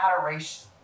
adoration